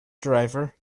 driver